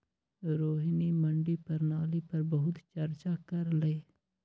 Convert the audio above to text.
रोहिणी मंडी प्रणाली पर बहुत चर्चा कर लई